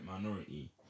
minority